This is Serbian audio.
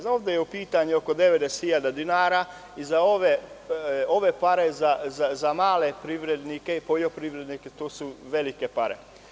Znam da je u pitanju oko 90.000 dinara i za ove pare za male privrednike, poljoprivrednike, to su velike pare.